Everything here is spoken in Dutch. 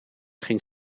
ging